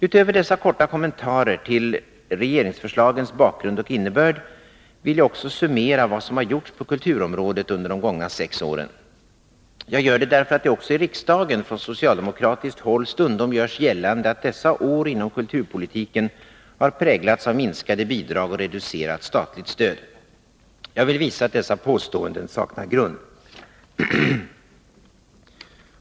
Utöver dessa korta kommentarer till regeringsförslagens bakgrund och innebörd vill jag också summera vad som har gjorts på kulturområdet under de gångna sex åren. Jag gör det därför att det också i riksdagen från socialdemokratiskt håll stundom görs gällande att dessa år inom kulturpolitiken har präglats av minskade bidrag och reducerat statligt stöd. Jag vill visa att dessa påståenden saknar grund.